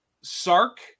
Sark